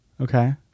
Okay